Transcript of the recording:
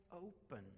open